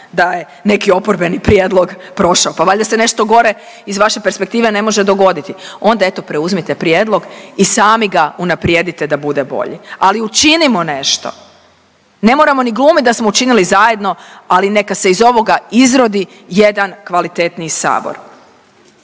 da je neki oporbeni prijedlog prošao, pa valjda se nešto gore iz vaše perspektive ne može dogoditi. Onda, eto, preuzmite prijedlog i sami ga unaprijedite da bude bolji. Ali učinimo nešto. Ne moramo ni glumiti da smo učinili zajedno, ali neka se iz ovoga izrodi jedan kvalitetniji Sabor.